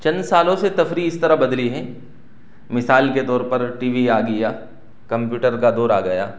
چند سالوں سے تفریح اس طرح بدلی ہیں مثال کے طور پر ٹی وی آ گیا کمپیوٹر کا دور آ گیا